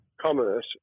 commerce